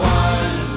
one